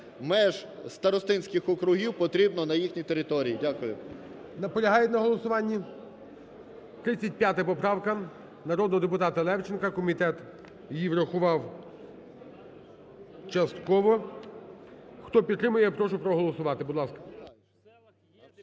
меж старостинських округів потрібно на їхні території. Дякую. ГОЛОВУЮЧИЙ. Наполягають на голосуванні? 35 поправка народного депутата Левченка, комітет її врахував частково. Хто підтримує, я прошу проголосувати.